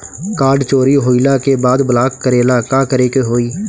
Card चोरी होइला के बाद ब्लॉक करेला का करे के होई?